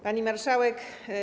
Pani Marszałek!